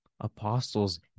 apostles